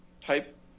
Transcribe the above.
type